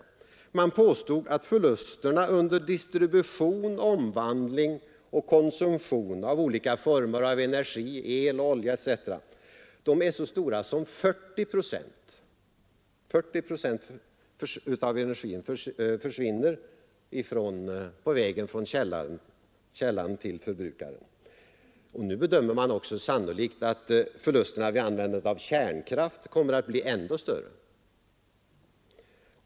Utredningen påvisade att förlusterna under distribution, omvandling och konsumtion av olika former av energi — el, olja osv. — är så stora som 40 procent. Så mycket försvinner på vägen från källan till förbrukaren. Man bedömer också som sannolikt att förlusterna vid användande av kärnkraft kommer att bli än större.